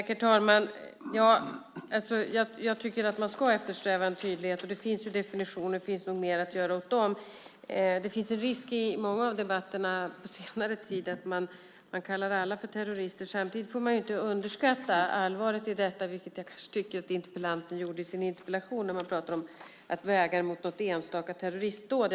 Herr talman! Jag tycker att man ska eftersträva en tydlighet. Det finns definitioner, och det finns nog mer att göra åt dem. I många av debatterna under senare tid har det funnits en risk för att man kallar alla för terrorister. Samtidigt får man inte underskatta allvaret i detta, vilket jag tycker att interpellanten kanske gjorde i sin interpellation när hon pratar om att väga detta mot något enstaka terroristdåd.